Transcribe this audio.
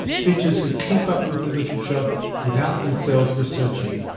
teachers who keep up with the literature without themselves researching.